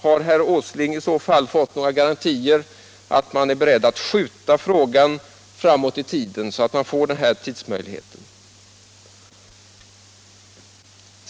Har herr Åsling fått några garantier för att företagsledningen är beredd att skjuta avgörandet framåt i tiden, så att man har möjlighet att vänta?